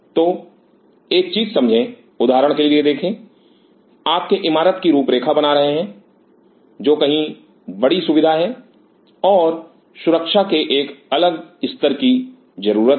तो एक चीज समझे उदाहरण के लिए देखें आपके इमारत की रूपरेखा बना रहे हैं जो कहीं बड़ी सुविधा है और सुरक्षा के एक अलग स्तर की जरूरत है